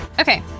Okay